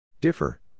Differ